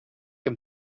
him